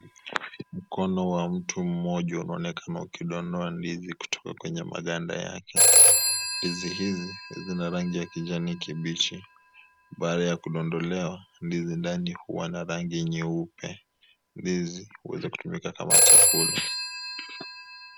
Mkono wa mtu mmoja unaonekana ukidondoa ndizi kutoka kwenye maganda yake. Ndizi hizi zina rangi ya kijani kibichi. Baada ya kudondolewa ndizi ndani huwa na rangi nyeupe. Ndizi huweza kutumika kama chakula.